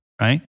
right